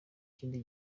kindi